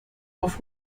auf